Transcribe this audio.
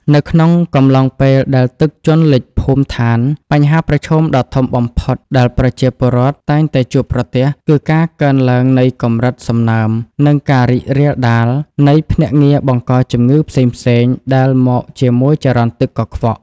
នៅក្នុងកំឡុងពេលដែលទឹកជន់លិចភូមិឋាន បញ្ហាប្រឈមដ៏ធំបំផុតដែលប្រជាពលរដ្ឋតែងតែជួបប្រទះ គឺការកើនឡើងនៃកម្រិតសំណើម និងការរីករាលដាលនៃភ្នាក់ងារបង្កជំងឺផ្សេងៗដែលមកជាមួយចរន្តទឹកកខ្វក់។